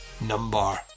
number